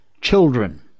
children